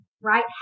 right